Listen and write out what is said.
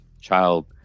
child